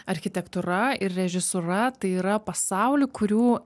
architektūra ir režisūra tai yra pasaulių kurių